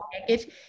package